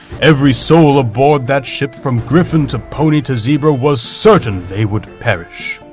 every soul aboard that ship, from griffon to pony to zebra was certain they would perish.